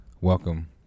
Welcome